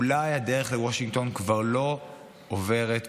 אולי הדרך לוושינגטון כבר לא עוברת בירושלים.